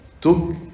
took